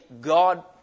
God